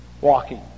walking